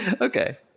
Okay